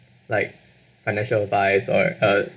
like financial advice or uh